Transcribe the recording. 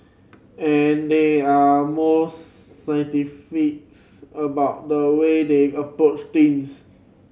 and they are most scientific's about the way they approach things